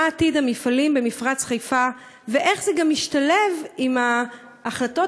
מה עתיד המפעלים במפרץ חיפה ואיך זה משתלב עם ההחלטות